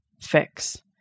fix